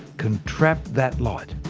can trap that light.